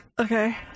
Okay